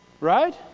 Right